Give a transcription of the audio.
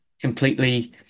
completely